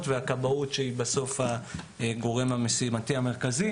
והכבאות שהיא הגורם המשימתי המרכזי.